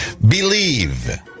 Believe